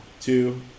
two